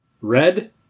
Red